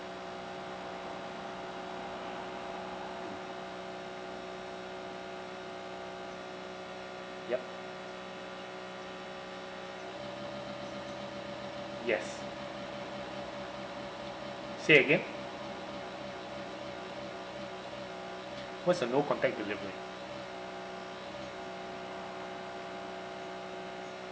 yup yes say again what's a no contact delivery